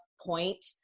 point